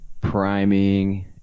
priming